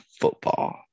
football